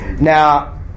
Now